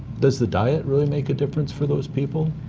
does the diet really make a difference for those people?